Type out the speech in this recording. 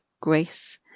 grace